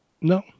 No